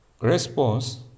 response